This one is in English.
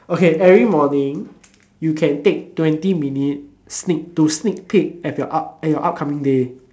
okay every morning you can take twenty minute sneak to sneak peek at your up~ at your upcoming day